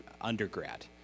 undergrad